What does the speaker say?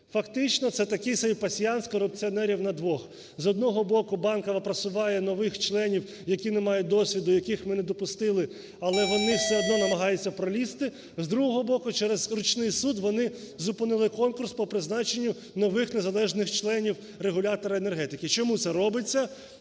Фактично це такий самий пасьянс корупціонерів на двох. З одного боку, Банкова просуває нових членів, які не мають досвіду, яких ми не допустили, але вони все одно намагаються пролізти. З другого боку, через ручний суд вони зупинили конкурс по призначенню нових незалежних членів регулятора енергетики. Чому це робиться?